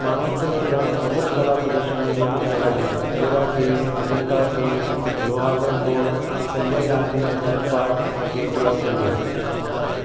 महाराष्ट्रा में प्रा प्रमुख कला प्रदर्शन जी जाम जॻहि आहे Ellora caves Ajanta caves Lohagad fort Sanjay Gandhi national park ऐं गेटवे ऑफ इंडिया